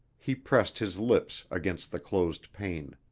he pressed his lips against the closed pane.